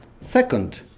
Second